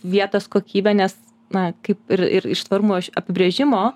vietos kokybę nes na kaip ir ir iš tvarumo iš apibrėžimo